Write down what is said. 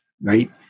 right